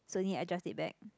so need adjust it back